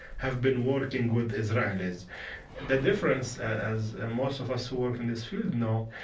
have been working with israelis the difference, as ah most of us who work in this field know,